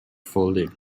folded